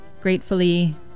gratefully